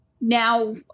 now